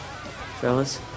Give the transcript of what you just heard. Fellas